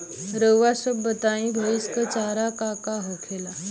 रउआ सभ बताई भईस क चारा का का होखेला?